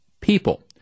people